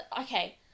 okay